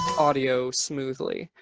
audio smoothly.